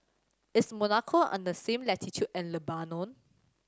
is Monaco on the same latitude as Lebanon